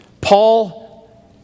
Paul